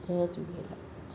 Jay Jhulelal